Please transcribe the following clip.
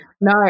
no